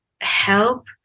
help